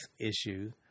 issue